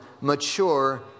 mature